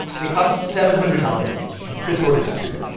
they cost seven hundred dollars each, and chris orders two.